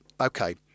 Okay